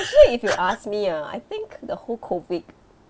actually if you ask me ah I think the whole COVID